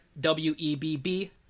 W-E-B-B